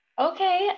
Okay